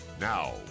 Now